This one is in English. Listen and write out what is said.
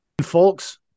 folks